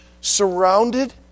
surrounded